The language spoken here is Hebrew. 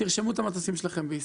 תרשמו את המטוסים שלכם בישראל.